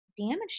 damaged